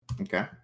Okay